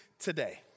today